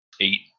eight